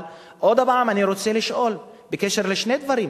אבל עוד פעם אני רוצה לשאול בקשר לשני דברים.